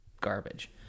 garbage